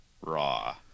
raw